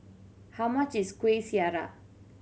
how much is Kueh Syara